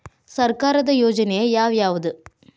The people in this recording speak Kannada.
ಸರ್ಕಾರದ ಯೋಜನೆ ಯಾವ್ ಯಾವ್ದ್?